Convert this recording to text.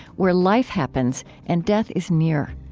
where life happens and death is near,